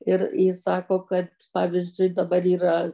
ir ji sako kad pavyzdžiui dabar yra